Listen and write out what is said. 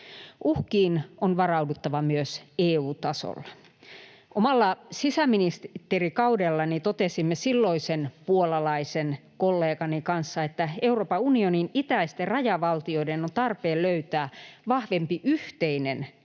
Uhkiin on varauduttava myös EU-tasolla. Omalla sisäministerikaudellani totesimme silloisen puolalaisen kollegani kanssa, että Euroopan unionin itäisten rajavaltioiden on tarpeen löytää vahvempi yhteinen ääni